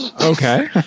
Okay